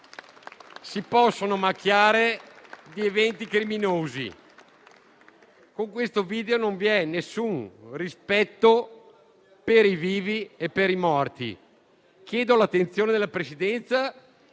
si possono macchiare di eventi criminosi. Con questo video non vi è nessun rispetto per i vivi e per i morti. Chiedo l'attenzione della Presidenza,